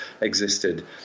existed